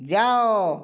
ଯାଅ